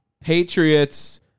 Patriots